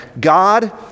God